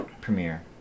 premiere